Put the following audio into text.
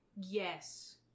Yes